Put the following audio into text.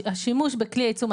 השימוש בכלי העיצום,